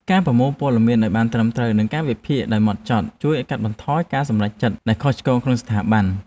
ការប្រមូលព័ត៌មានឱ្យបានត្រឹមត្រូវ និងការវិភាគដោយហ្មត់ចត់ជួយកាត់បន្ថយការសម្រេចចិត្តដែលខុសឆ្គងក្នុងស្ថាប័ន។